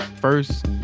first